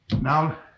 Now